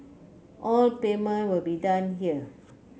all payment will be done here